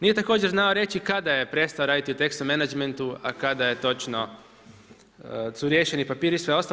Nije također znao reći kada je prestao raditi u Texo Menagmentu a kada točno su riješeni papiri i sve ostalo.